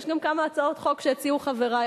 יש גם כמה הצעות חוק שהציעו חברי.